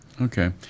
Okay